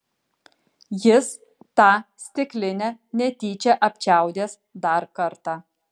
jis tą stiklinę netyčia apčiaudės dar kartą